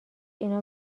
اینا